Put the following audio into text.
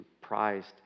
prized